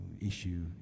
issue